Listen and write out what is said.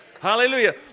Hallelujah